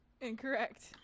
incorrect